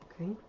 okay